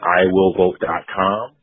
IWillVote.com